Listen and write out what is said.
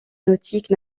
nautiques